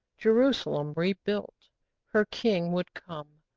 jerusalem rebuilt her king would come,